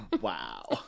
Wow